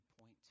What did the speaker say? point